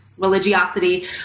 religiosity